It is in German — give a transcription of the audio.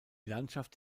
landschaft